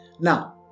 Now